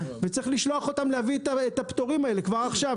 וצריך לשלוח אותם להביא את הפטורים האלה כבר עכשיו,